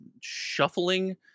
shuffling